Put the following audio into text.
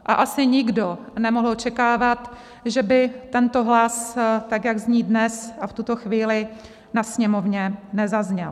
A asi nikdo nemohl očekávat, že by tento hlas tak, jak zní dnes a v tuto chvíli, na Sněmovně nezazněl.